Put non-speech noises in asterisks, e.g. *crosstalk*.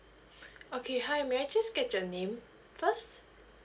*breath* okay hi may I just get your name first